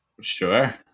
Sure